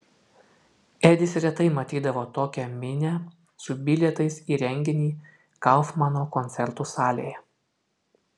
edis retai matydavo tokią minią su bilietais į renginį kaufmano koncertų salėje